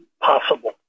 possible